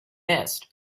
missed